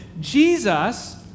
Jesus